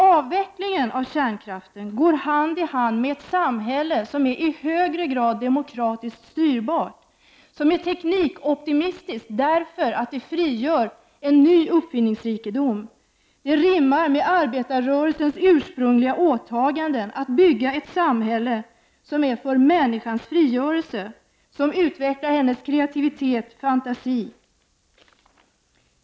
Avvecklingen av kärnkraften går däremot hand i hand med ett samhälle som i högre grad är demokratiskt styrbart och teknikoptimistiskt, eftersom det frigör en ny uppfinningsrikedom. Det rimmar med arbetarrörelsens ursprungliga åtaganden att bygga ett samhälle som är för människans frigörelse och som utvecklar hennes kreativitet och fantasi.